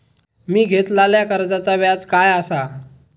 मी घेतलाल्या कर्जाचा व्याज काय आसा?